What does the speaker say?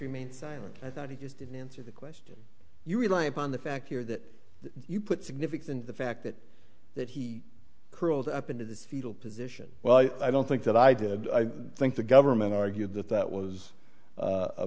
remained silent i thought he just didn't answer the question you rely upon the fact here that you put significant the fact that that he curled up into this fetal position well i don't think that i did i think the government argued that that was